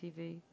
TV